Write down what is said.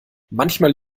manchmal